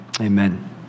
amen